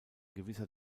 gewisser